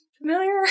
familiar